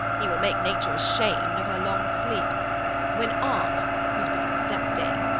he will make nature asham'd of her long sleep when art, who's but a step-dame,